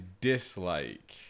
dislike